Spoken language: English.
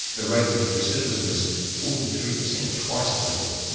the rate of recidivism is forty three percent, twice the level.